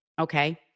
Okay